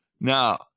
Now